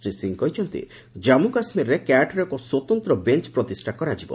ଶ୍ରୀ ସିଂ କହିଛନ୍ତି ଜାନ୍ଧୁ କାଶ୍ମୀରରେ କ୍ୟାଟ୍ର ଏକ ସ୍ୱତନ୍ତ୍ର ବେଞ୍ଚ ପ୍ରତିଷ୍ଠା କରାଯିବ